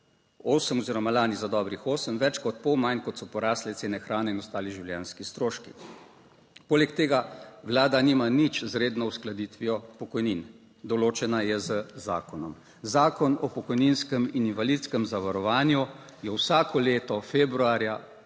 8 oziroma lani za dobrih 8 - več kot pol manj, kot so porasle cene hrane in ostali življenjski stroški. Poleg tega Vlada nima nič z redno uskladitvijo pokojnin, določena je z zakonom, Zakon o pokojninskem in invalidskem zavarovanju jo vsako leto februarja